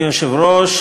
אדוני היושב-ראש,